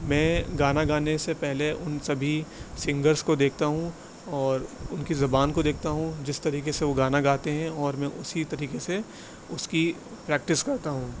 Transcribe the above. میں گانا گانے سے پہلے ان سبھی سنگرس کو دیکھتا ہوں اور ان کی زبان کو دیکھتا ہوں جس طریقے سے وہ گانا گاتے ہیں اور میں اسی طریقے سے اس کی پریکٹس کرتا ہوں